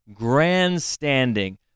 grandstanding